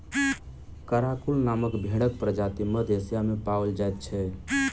Karakul नामक भेंड़क प्रजाति मध्य एशिया मे पाओल जाइत छै